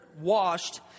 washed